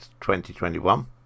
2021